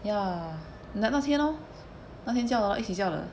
ya 那那天 lor 那天叫 lor 一起叫的